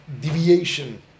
deviation